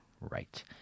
Right